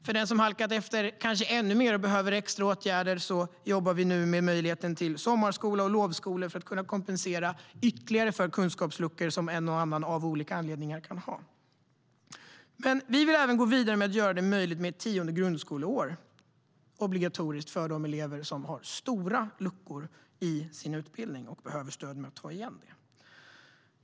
För den som kanske halkat efter ännu mer av en eller annan anledning och behöver extra åtgärder jobbar vi nu med möjligheten till sommarskola och lovskola för att kunna kompensera ytterligare för kunskapsluckor. Men vi vill även gå vidare med att göra det möjligt med ett tionde grundskoleår som är obligatoriskt för de elever som har stora luckor i sin utbildning och behöver stöd för att ta igen dem.